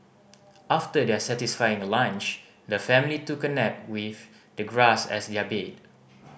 after their satisfying lunch the family took a nap with the grass as their bed